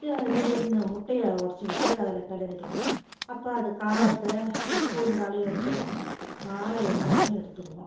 தி திடீர்னு முட்டையை உடச்சி ஊற்றி அதில் கெளரிவிடுவேன் அப்போ அது காரத்தை உப்பு இருந்தாலும் எடுத்துடும் காரம் இருந்தாலும் எடுத்துருவோம்